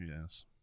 Yes